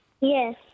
Yes